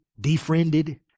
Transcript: defriended